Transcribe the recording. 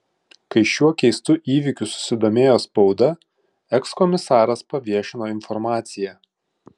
kai šiuo keistu įvykiu susidomėjo spauda ekskomisaras paviešino informaciją